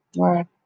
right